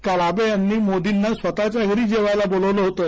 काल आबे यांनी मोदींना स्वतःच्या घरी जेवायला बोलावलं होतं